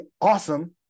awesome